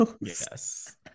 Yes